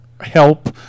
help